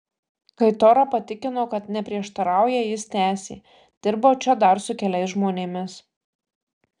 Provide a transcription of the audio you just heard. kai tora patikino kad neprieštarauja jis tęsė dirbau čia dar su keliais žmonėmis